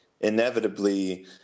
inevitably